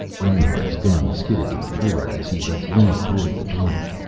reinhart's gun skidded to the floor as he was yanked toward the door.